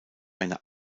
eine